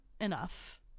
enough